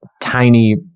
tiny